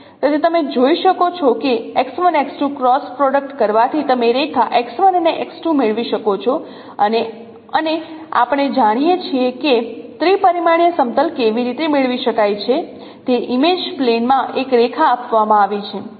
તેથી તમે જોઈ શકો છો કે ક્રોસ પ્રોડક્ટ કરવાથી તમે રેખા અને મેળવી શકો છો અને અને આપણે જાણીએ છીએ કે ત્રિ પરિમાણીય સમતલ કેવી રીતે મેળવી શકાય છે તે ઇમેજ પ્લેનમાં એક રેખા આપવામાં આવી છે